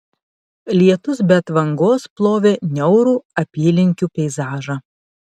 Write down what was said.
lietus be atvangos plovė niaurų apylinkių peizažą